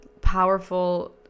powerful